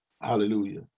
Hallelujah